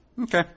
Okay